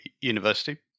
university